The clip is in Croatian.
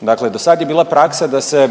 Dakle, do sad je bila praksa da se